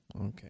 Okay